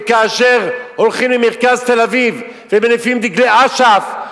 וכאשר הולכים למרכז תל-אביב ומניפים דגלי אש"ף,